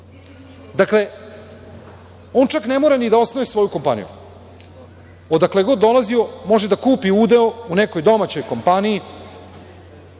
Dakle, on čak ne mora ni da osnuje svoju kompaniju. Odakle god dolazio može da kupi udeo u nekoj domaćoj kompaniji,